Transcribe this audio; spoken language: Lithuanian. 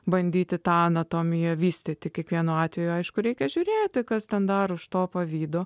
bandyti tą anatomiją vystyti kiekvienu atveju aišku reikia žiūrėti kas ten dar už to pavydo